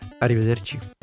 Arrivederci